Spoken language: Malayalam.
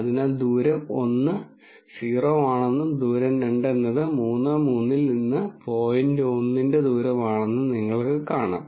അതിനാൽ ദൂരം ഒന്ന് 0 ആണെന്നും ദൂരം രണ്ട് എന്നത് 3 3 ൽ നിന്ന് പോയിന്റ് 1 ന്റെ ദൂരമാണെന്നും നിങ്ങൾക്ക് കാണാം